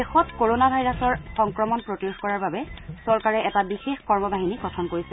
দেশত corona virus সংক্ৰমণক প্ৰতিৰোধ কৰাৰ বাবে চৰকাৰে এটা বিশেষ কৰ্ম বাহিনী গঠন কৰিছে